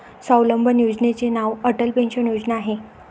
स्वावलंबन योजनेचे नाव अटल पेन्शन योजना आहे